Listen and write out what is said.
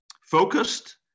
focused